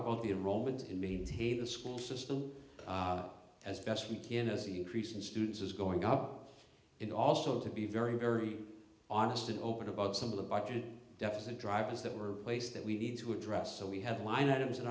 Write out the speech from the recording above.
about the enrollment in means hey the school system as best we can as an increase in students is going up and also to be very very honest and open about some of the budget deficit drivers that we're place that we need to address so we have a line items